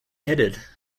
headed